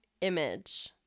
image